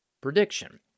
prediction